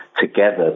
together